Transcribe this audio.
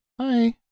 Hi